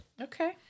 Okay